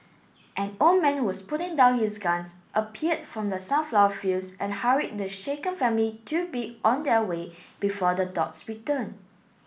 an old man who was putting down his guns appeared from the sunflower fields and hurried the shaken family to be on their way before the dogs return